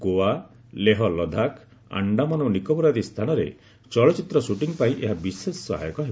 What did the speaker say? ଗୋଆ ଲେହ ଲଦାଖ ଆଣ୍ଡାମାନ ଓ ନିକୋବର ଆଦି ସ୍ଥାନରେ ଚଳଚ୍ଚିତ୍ର ସୁଟିଂ ପାଇଁ ଏହା ବିଶେଷ ସହାୟକ ହେବ